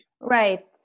Right